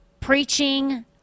preaching